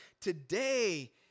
today